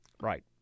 Right